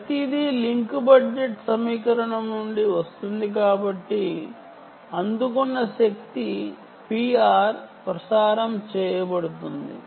ప్రతిదీ link budget సమీకరణం నుండి వస్తుంది కాబట్టి అందుకున్న శక్తి Pr ప్రసారం చేయబడుతుంది